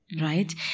Right